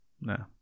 no